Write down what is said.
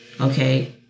okay